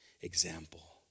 example